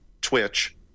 Twitch